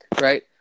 Right